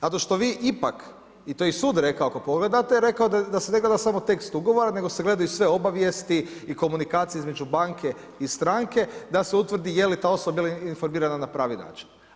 Zato što vi ipak i to je i sud rekao ako pogledate rekao da se ne gleda samo tekst ugovora nego se gledaju sve obavijesti i komunikacije između banke i stranke da se utvrdi je li ta osoba bila informirana na pravi način.